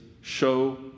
show